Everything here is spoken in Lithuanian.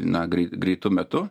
na grei greitu metu